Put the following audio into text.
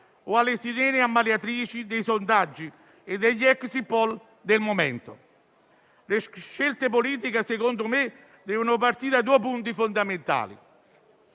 o alle sirene ammaliatrici dei sondaggi e degli *exit poll* del momento. Le scelte politiche - secondo me - devono partire da due punti fondamentali: